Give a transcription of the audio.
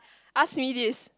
ask me this